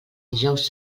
dijous